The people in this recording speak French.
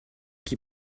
qui